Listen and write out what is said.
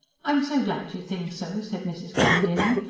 i am so glad you think so, said mrs. glendinning.